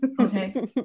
okay